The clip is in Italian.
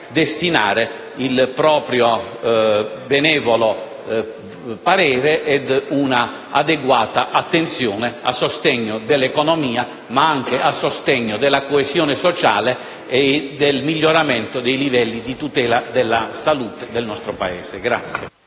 esprimere il proprio benevolo parere mostrando un'adeguata attenzione a sostegno dell'economia, ma anche della coesione sociale e del miglioramento dei livelli di tutela della salute nel nostro Paese.